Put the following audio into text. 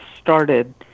started